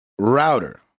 Router